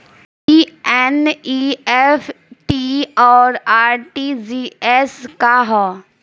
ई एन.ई.एफ.टी और आर.टी.जी.एस का ह?